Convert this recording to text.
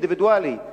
אינדיבידואלי,